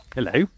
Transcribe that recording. Hello